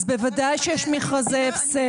אז בוודאי שיש מכרזי הפסד.